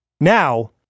Now